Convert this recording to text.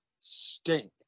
stink